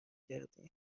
کردیم